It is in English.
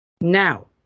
now